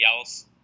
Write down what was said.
else